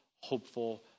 hopeful